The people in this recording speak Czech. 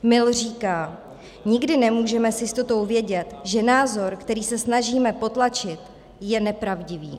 Mill říká: Nikdy nemůžeme s jistotou vědět, že názor, který se snažíme potlačit, je nepravdivý.